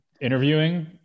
interviewing